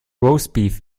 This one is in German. roastbeef